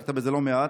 עסקת בזה לא מעט,